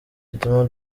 zituma